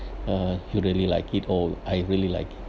uh you really like it or I really like